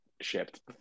shipped